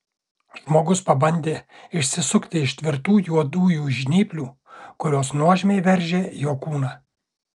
žmogus pabandė išsisukti iš tvirtų juodųjų žnyplių kurios nuožmiai veržė jo kūną